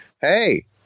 Hey